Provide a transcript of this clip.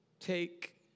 Take